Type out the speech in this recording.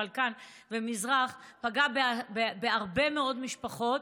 בלקן והמזרח פגע בהרבה מאוד משפחות,